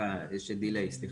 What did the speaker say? סליחה, יש delay, סליחה.